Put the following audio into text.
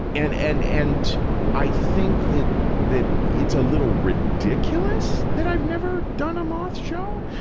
and and and i think that that it's a little ridiculous that i've never done a moth show,